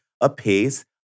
apace